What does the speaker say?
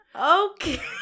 Okay